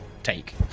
Take